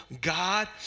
God